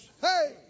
Hey